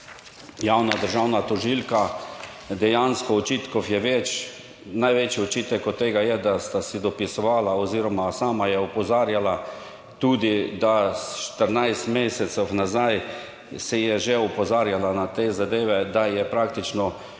javna državna tožilka dejansko očitkov je več. Največji očitek od tega je, da sta si dopisovala oziroma sama je opozarjala tudi, da 14 mesecev nazaj se je že opozarjala na te zadeve, da je praktično